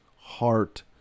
heart